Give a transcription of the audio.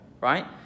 right